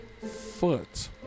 foot